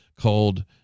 called –